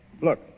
Look